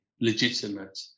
legitimate